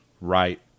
right